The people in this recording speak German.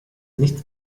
nichts